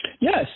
Yes